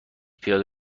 پیاده